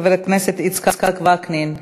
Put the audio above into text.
חבר הכנסת יצחק וקנין,